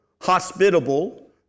hospitable